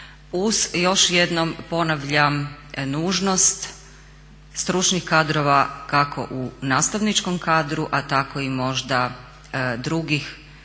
još jednom ponavljam nužnost stručnih kadrova kako u nastavničkom kadru, a tako i možda drugih